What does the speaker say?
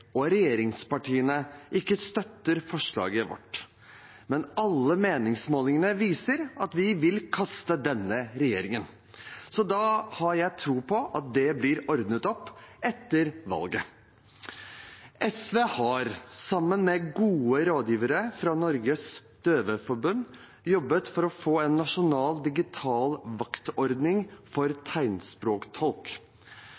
og regjeringspartiene ikke støtter forslaget vårt, men alle meningsmålingene viser at vi vil kaste denne regjeringen, så da har jeg tro på at det blir ordnet opp i etter valget. SV har, sammen med gode rådgivere fra Norges Døveforbund, jobbet for å få en nasjonal digital vaktordning